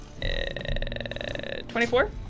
24